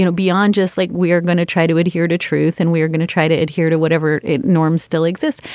you know beyond just like we are going to try to adhere to truth and we are going to try to adhere to whatever norms still exist.